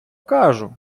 кажу